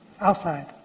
outside